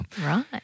Right